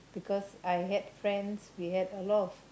because I had friends we had a lot of